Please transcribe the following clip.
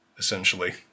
essentially